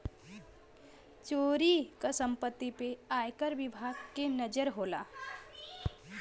चोरी क सम्पति पे आयकर विभाग के नजर होला